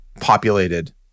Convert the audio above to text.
populated